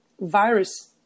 virus